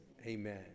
amen